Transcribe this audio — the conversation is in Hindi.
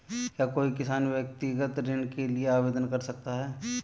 क्या कोई किसान व्यक्तिगत ऋण के लिए आवेदन कर सकता है?